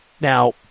now